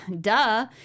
Duh